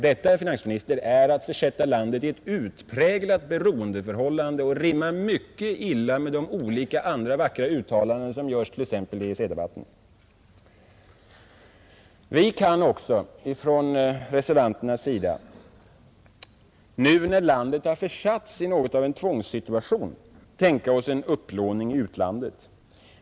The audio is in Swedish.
Detta, herr finansminister, är att försätta landet i ett utpräglat beroendeförhållande och rimmar mycket illa med de olika andra vackra uttalanden som görs t.ex. i EEC-debatten. Vi reservanter kan också, nu när landet har försatts i något av en tvångssituation, tänka oss en upplåning i utlandet.